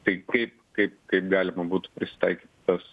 tai kaip kaip kaip galima būtų pritaikyti tas